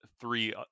three